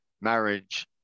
marriage